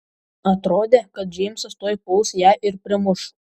atrodė kad džeimsas tuoj puls ją ir primuš